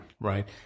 Right